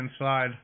inside